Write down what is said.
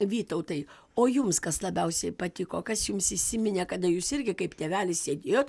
vytautai o jums kas labiausiai patiko kas jums įsiminė kada jūs irgi kaip tėvelis sėdėjot